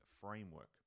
framework